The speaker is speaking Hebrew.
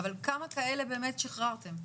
כמה כאלה שחררתם?